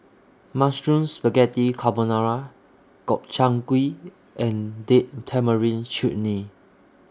Mushroom Spaghetti Carbonara Gobchang Gui and Date Tamarind Chutney